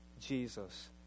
Jesus